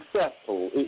successful